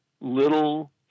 little